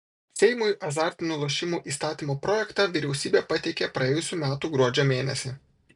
seimui azartinių lošimų įstatymo projektą vyriausybė pateikė praėjusių metų gruodžio mėnesį